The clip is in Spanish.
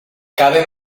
cabe